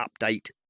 update